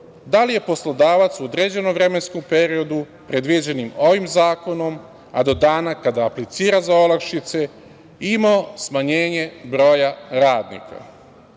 da li je poslodavac u određenom vremenskom periodu, predviđenim ovim zakonom, a do dana kada aplicira za olakšice, imao smanjenje broja radnika.